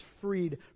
freed